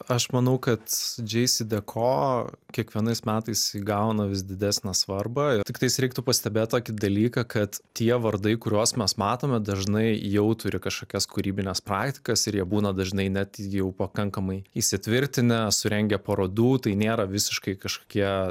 aš manau kad džeisideko kiekvienais metais įgauna vis didesnę svarbą ir tiktais reiktų pastebėt tokį dalyką kad tie vardai kuriuos mes matome dažnai jau turi kažkokias kūrybines praktikas ir jie būna dažnai net jau pakankamai įsitvirtinę surengę parodų tai nėra visiškai kažkokie